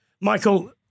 Michael